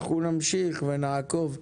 אנחנו נמשיך ונעקוב.